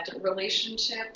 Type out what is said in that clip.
relationship